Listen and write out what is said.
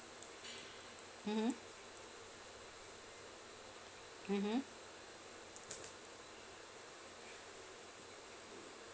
mmhmm mmhmm